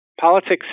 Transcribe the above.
Politics